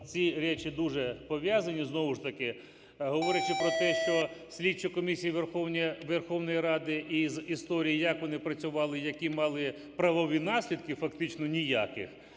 ці речі дуже пов'язані. Знову ж таки говорячи про те, що слідчі комісії Верховної Ради із історії, як вони працювали, які мали правові наслідки, фактично ніяких,